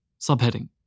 Subheading